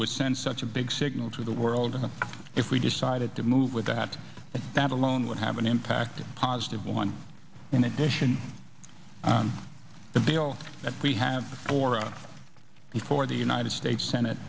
would send such a big signal to the world if we decided to move with that and that alone would have an impact positive one in addition the bill that we have before a before the united states senate